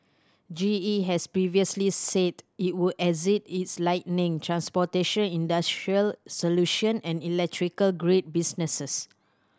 G E has previously said it would exit its lighting transportation industrial solution and electrical grid businesses